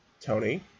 Tony